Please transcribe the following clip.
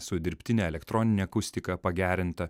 su dirbtine elektronine akustika pagerinta